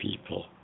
people